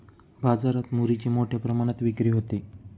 बाजारात मुरीची मोठ्या प्रमाणात विक्री होते